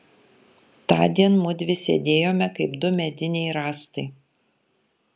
tądien mudvi sėdėjome kaip du mediniai rąstai